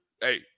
Hey